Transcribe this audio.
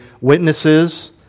witnesses